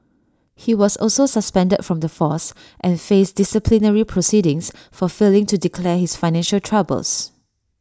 he was also suspended from the force and faced disciplinary proceedings for failing to declare his financial troubles